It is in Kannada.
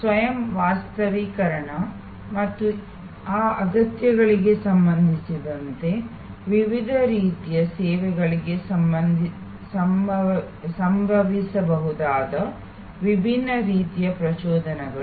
ಸ್ವಯಂ ವಾಸ್ತವೀಕರಣ ಮತ್ತು ಆ ಅಗತ್ಯಗಳಿಗೆ ಸಂಬಂಧಿಸಿದಂತೆ ವಿವಿಧ ರೀತಿಯ ಸೇವೆಗಳಿಗೆ ಸಂಭವಿಸಬಹುದಾದ ವಿಭಿನ್ನ ರೀತಿಯ ಪ್ರಚೋದಕಗಳು